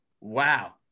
wow